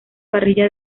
parrilla